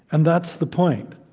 and that's the point.